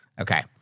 Okay